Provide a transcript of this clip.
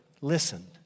listened